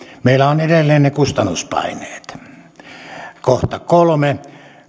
meillä on edelleen ne kustannuspaineet kolme